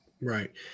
Right